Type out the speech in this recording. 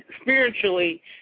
spiritually